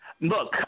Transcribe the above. Look